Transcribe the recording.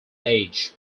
age